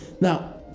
Now